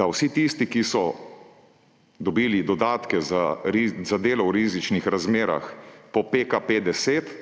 so vsi tisti, ki so dobili dodatke za delo v rizičnih razmerah, po PKP10